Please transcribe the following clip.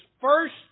first